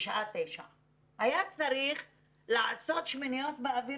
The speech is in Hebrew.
בשעה 21:00. היה צריך לעשות שמיניות באוויר